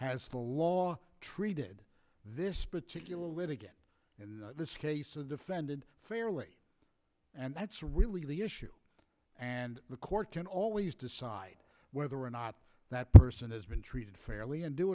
for law treated this particular litigant in this case and defended fairly and that's really the issue and the court can always decide whether or not that person has been treated fairly and do